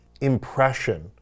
impression